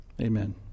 Amen